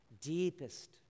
deepest